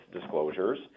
disclosures